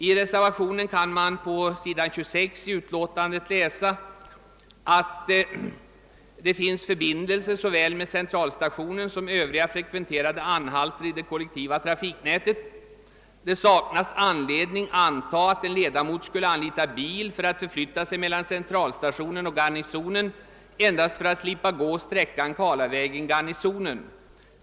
I reservationen kan man på s. 26 i utlåtandet läsa att det finns »förbindelse såväl med Centralstationen som övriga frekventerade anhalter i det kollektiva trafiknätet. Det saknas anledning anta att en ledamot skulle anlita bil för att förflytta sig mellan Centralstationen och Garnisonen endast för att slippa gå sträckan Karlavägen—Garnisonen.